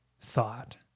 thought